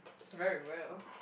very well